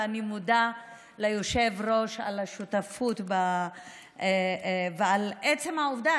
ואני מודה ליושב-ראש על השותפות ועל עצם העובדה